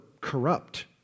corrupt